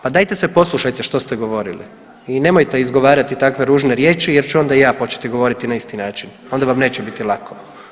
Pa dajte se poslušajte što ste govorili i nemojte izgovarati takve ružne riječi, jer ću onda i ja početi govoriti na isti način, onda vam neće biti lako.